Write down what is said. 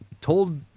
told